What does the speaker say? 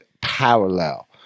parallel